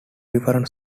different